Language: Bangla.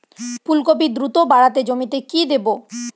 ফুলকপি দ্রুত বাড়াতে জমিতে কি দেবো?